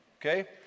Okay